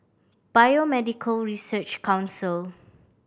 Biomedical Research Council